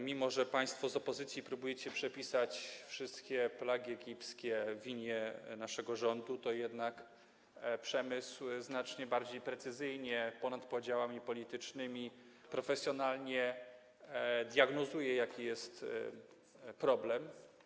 Mimo że państwo z opozycji próbujecie obarczyć winą za wszystkie plagi egipskie nasz rząd, to jednak przemysł znacznie bardziej precyzyjnie, ponad podziałami politycznymi, profesjonalnie diagnozuje, jaki jest problem.